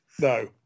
No